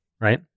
right